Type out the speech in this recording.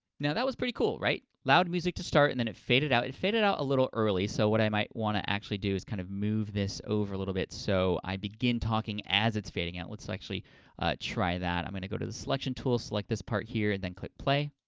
now, that was pretty cool, right? loud music to start, and then it faded out. it faded out a little early, so what i might want to actually do is kind of move this over a little bit so i begin talking as it's fading out. let's actually try that. i'm going to go to the selection tools, select this part here, and then click play.